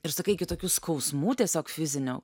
ir sakai iki tokių skausmų tiesiog fizinių